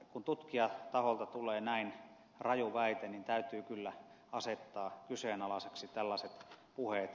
kun tutkijataholta tulee näin raju väite niin täytyy kyllä asettaa kyseenalaisiksi tällaiset puheet